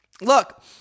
look